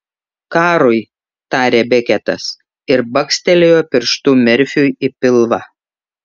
karui tarė beketas ir bakstelėjo pirštu merfiui į pilvą